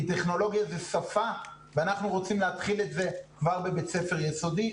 כי טכנולוגיה זה שפה ואנחנו רוצים להתחיל את זה כבר בבית ספר יסודי.